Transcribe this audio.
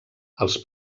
als